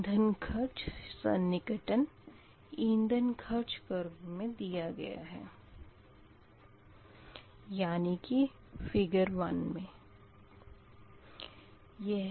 इंधन खर्च सन्निकटन इंधन खर्च कर्व मे दिया गया है यानी कि फ़िगर 1 मे